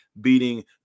beating